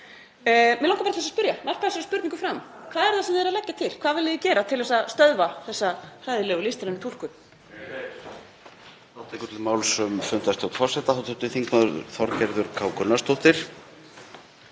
mig langar bara til að spyrja, varpa þessari spurningu fram: Hvað er það sem þið eruð að leggja til? Hvað viljið þið gera til að stöðva þessa hræðilegu listrænu túlkun?